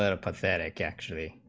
ah prophetic actually